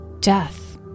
Death